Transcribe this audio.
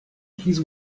his